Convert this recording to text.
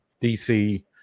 dc